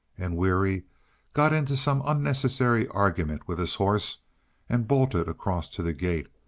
and weary got into some unnecessary argument with his horse and bolted across to the gate,